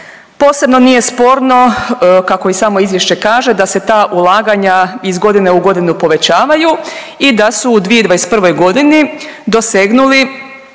posebno nije sporno kako i samo Izvješće kaže da se ta ulaganja iz godine u godinu povećavaju i da su u 2021. g. dosegnula